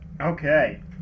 Okay